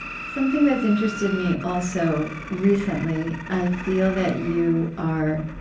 something that's interested me, also, recently i feel that you are